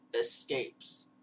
escapes